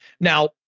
Now